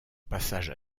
passage